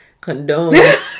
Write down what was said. condone